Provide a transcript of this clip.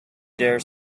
dare